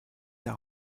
der